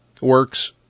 works